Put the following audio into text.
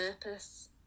purpose